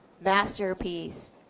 Masterpiece